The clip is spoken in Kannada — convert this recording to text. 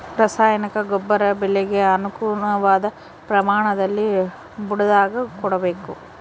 ರಾಸಾಯನಿಕ ಗೊಬ್ಬರ ಬೆಳೆಗೆ ಅನುಗುಣವಾದ ಪ್ರಮಾಣದಲ್ಲಿ ಬುಡದಾಗ ಕೊಡಬೇಕು